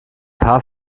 paar